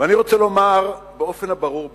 אני רוצה לומר באופן הברור ביותר,